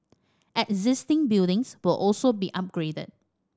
existing buildings will also be upgraded